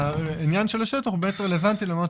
העניין של השטח הוא יותר רלוונטי למעונות